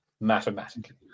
Mathematically